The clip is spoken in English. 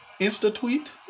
Insta-tweet